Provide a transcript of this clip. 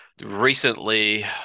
Recently